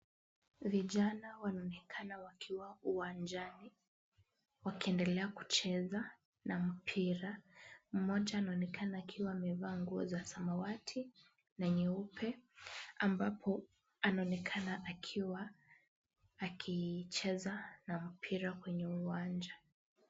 Vijana waonekana wakiwa uwanjani wakiendelea kucheza na mpira. Mmoja anaonekana akiwa amevaa nguo za samawati na nyeupe, ambapo anaonekana akiwa akicheza na mpira kwenye uwanja.